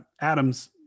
Adams